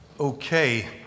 Okay